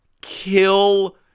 kill